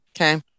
okay